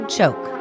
Choke